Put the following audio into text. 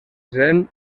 zel